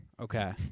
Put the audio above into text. Okay